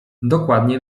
dokładnie